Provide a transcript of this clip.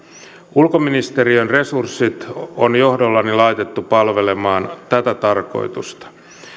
ulkoministeriön resurssit on johdollani laitettu palvelemaan tätä tarkoitusta